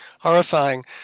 horrifying